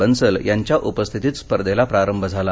बन्सल यांच्या उपस्थितीत स्पर्धेला प्रारंभ झाला